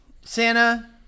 Santa